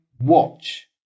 watch